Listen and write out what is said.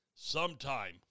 sometime